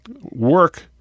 work